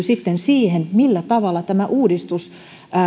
sitten siihen millä tavalla tämä uudistus